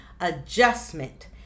adjustment